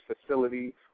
facility